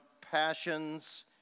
passions